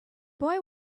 boy